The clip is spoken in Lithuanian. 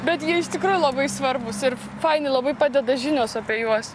bet iš tikrųjų labai svarbūs ir fainai labai padeda žinios apie juos